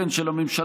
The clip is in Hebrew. כן, של הממשלה.